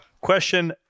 Question